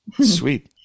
Sweet